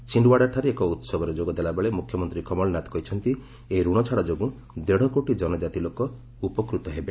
ଛିଣ୍ଡୱାଡାଠାରେ ଏକ ଉତ୍ସବରେ ଯୋଗ ଦେଲାବେଳେ ମୁଖ୍ୟମନ୍ତ୍ରୀ କମଳନାଥ କହିଛନ୍ତି ଏହି ରଣ ଛାଡ଼ ଯୋଗୁଁ ଦେଢ଼ କୋଟି ଜନଜାତି ଲୋକ ଉପକୃତ ହେବେ